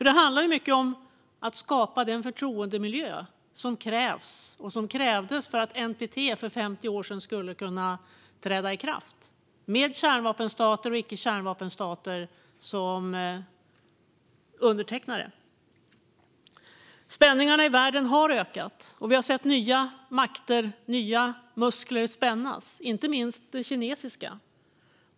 Det handlar ju mycket om att skapa den förtroendemiljö som krävs och som krävdes för att NPT för 50 år sedan skulle kunna träda i kraft med kärnvapenstater och icke-kärnvapenstater som undertecknare. Spänningarna i världen har ökat. Vi har sett nya makter, och vi har sett nya muskler spännas, inte minst kinesiska.